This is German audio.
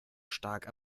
stark